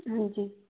ਹਾਂਜੀ